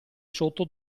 sotto